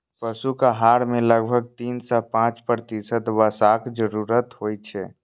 पशुक आहार मे लगभग तीन सं पांच प्रतिशत वसाक जरूरत होइ छै